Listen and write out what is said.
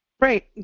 Right